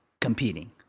competing